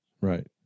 Right